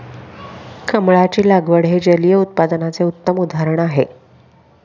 कमळाची लागवड हे जलिय उत्पादनाचे उत्तम उदाहरण आहे